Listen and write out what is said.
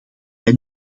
wij